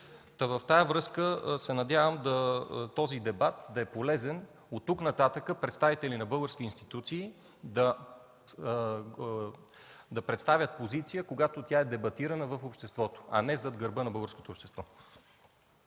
В тази връзка, надявам се дебатът е полезен и оттук-нататък представителите на българските институции да представят позиция, когато тя е дебатирана в обществото, а не зад гърба на българското общество!